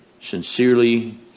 sincerely